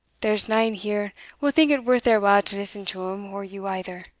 there's nane here will think it worth their while to listen to him or you either.